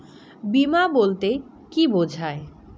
বিমা বলতে কি বোঝায়?